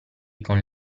con